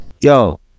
Yo